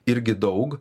irgi daug